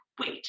wait